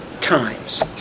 times